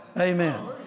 Amen